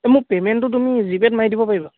এই মোক পে'মেণ্টটো তুমি জিপে'ত মাৰি দিব পাৰিবা